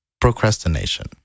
Procrastination